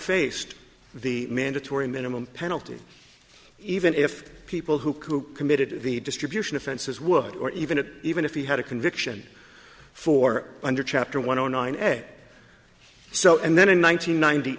faced the mandatory minimum penalty even if people who committed the distribution offenses were or even it even if you had a conviction for under chapter one zero nine et so and then in one nine